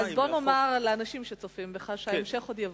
אז בוא נאמר לאנשים שצופים בך שההמשך עוד יבוא.